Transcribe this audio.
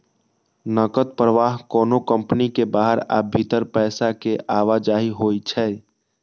नकद प्रवाह कोनो कंपनी के बाहर आ भीतर पैसा के आवाजही होइ छै